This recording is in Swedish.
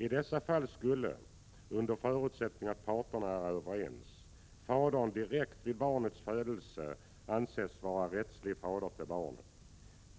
I dessa fall skulle, under förutsättning av att parterna är överens, fadern direkt vid barnets födelse anses vara rättslig fader till barnet.